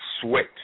sweat